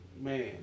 man